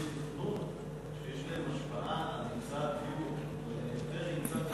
שיש להם השפעה על, לכל דבר יש השפעה,